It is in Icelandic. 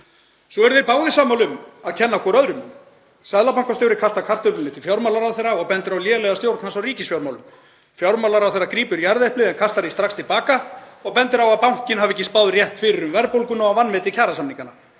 Svo eru þeir báðir sammála um að kenna hvor öðrum um. Seðlabankastjóri kastar kartöflunni til fjármálaráðherra og bendir á lélega stjórn hans á ríkisfjármálum. Fjármálaráðherra grípur jarðeplið en kastar því strax til baka og bendir á að bankinn hafi ekki spáð rétt fyrir um verðbólguna á vanmeti kjarasamningana.